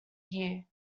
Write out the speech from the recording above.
year